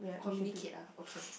communicate ah okay